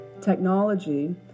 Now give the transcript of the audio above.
technology